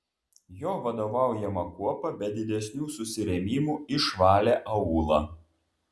jo vadovaujama kuopa be didesnių susirėmimų išvalė aūlą